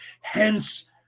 Hence